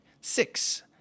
Six